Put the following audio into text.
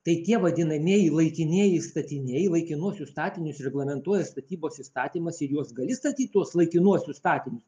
tai tie vadinamieji laikinieji statiniai laikinuosius statinius reglamentuoja statybos įstatymas ir juos gali statyt tuos laikinuosius statinius